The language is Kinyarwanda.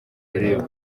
bireba